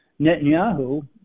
Netanyahu